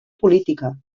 política